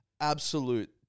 absolute